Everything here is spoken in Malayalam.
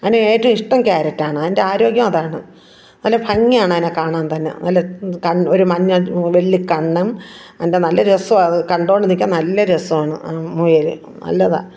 അതിന് ഏറ്റവും ഇഷ്ടം ക്യാരറ്റാണ് അതിൻ്റെ ആരോഗ്യവും അതാണ് നല്ല ഭംഗിയാണ് അതിനെ കാണാൻ തന്നെ നല്ല ക ഒരു മഞ്ഞ വലിയ കണ്ണും അതിൻ്റെ നല്ല രസമാണ് അതു കണ്ടു കൊണ്ടു നിൽക്കാൻ നല്ല രസമാണ് മുയൽ നല്ലതാണ്